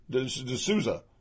D'Souza